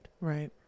Right